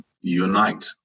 unite